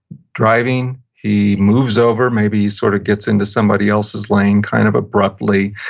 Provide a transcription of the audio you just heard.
driving, he moves over, maybe he sort of gets into somebody else's lane kind of abruptly.